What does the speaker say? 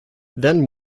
then